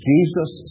Jesus